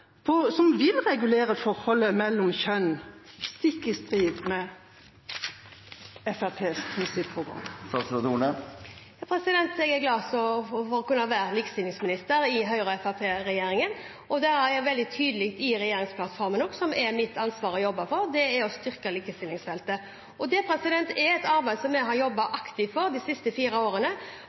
som vil regulere forholdet mellom kjønn – stikk i strid med Fremskrittspartiets prinsipprogram? Jeg er glad for å kunne være likestillingsminister i Høyre–Fremskrittsparti-regjeringen, og noe som er veldig tydelig i regjeringsplattformen, som er mitt ansvar å jobbe etter, er å styrke likestillingsfeltet. Dette er et arbeid vi har jobbet aktivt for de siste fire årene,